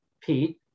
Pete